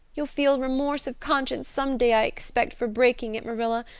you'll feel remorse of conscience someday, i expect, for breaking it, marilla,